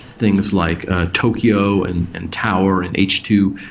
things like tokio, and and tower, and h two.